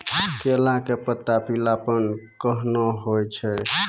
केला के पत्ता पीलापन कहना हो छै?